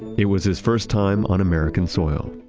it was his first time on american soil.